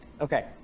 Okay